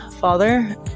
father